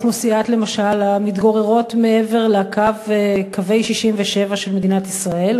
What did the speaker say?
למשל אוכלוסיית המתגוררות מעבר לקווי 67' של מדינת ישראל,